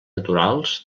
naturals